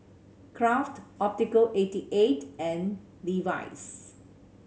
Kraft Optical eighty eight and Levi's